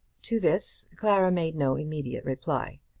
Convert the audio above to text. to this clara made no immediate reply.